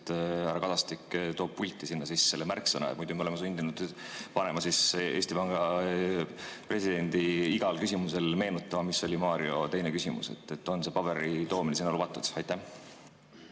härra Kadastik toob pulti sinna selle märksõna. Muidu me oleme sunnitud panema Eesti Panga presidenti iga küsimuse korral meenutama, mis oli Mario teine küsimus. On see paberi toomine sinna lubatud? Aitäh,